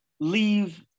Leave